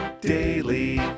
daily